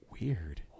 Weird